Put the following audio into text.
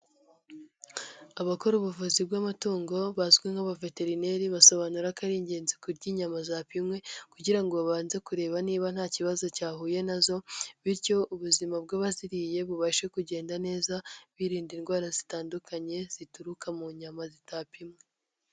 Abakora ubuvuzi bw'amatungo, bazwi nk'abaveterineri basobanura ko ari ingenzi kurya inyama zapimwe kugira ngo babanze kureba niba nta kibazo cyahuye nazo bityo ubuzima bw'abaziriye, bubashe kugenda neza, birinda indwara zitandukanye, zituruka mu nyama zitapimwa.